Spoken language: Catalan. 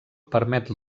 permet